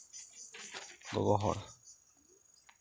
ᱜᱚᱜᱚ ᱦᱚᱲ